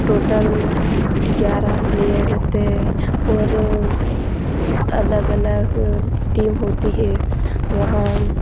total ग्यारह player रहते हैं और अलग अलग टीम होती है वहाँ